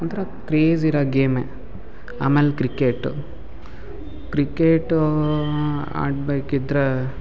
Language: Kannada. ಒಂಥರ ಕ್ರೇಜ್ ಇರ ಗೇಮೇ ಆಮೇಲೆ ಕ್ರಿಕೆಟು ಕ್ರಿಕೆಟು ಆಡ್ಬೇಕಿದ್ರೆ